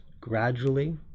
gradually